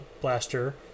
blaster